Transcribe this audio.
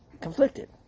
conflicted